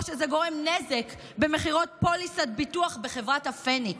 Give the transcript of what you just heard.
או שזה גורם נזק במכירת פוליסות ביטוח בחברת הפניקס.